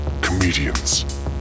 Comedians